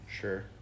Sure